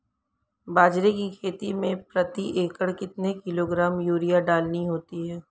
बाजरे की खेती में प्रति एकड़ कितने किलोग्राम यूरिया डालनी होती है?